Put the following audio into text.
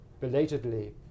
belatedly